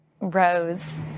Rose